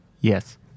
Yes